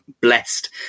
blessed